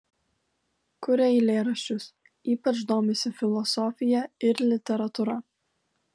kuria eilėraščius ypač domisi filosofija ir literatūra